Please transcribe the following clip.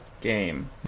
game